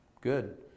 Good